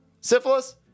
Syphilis